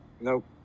Nope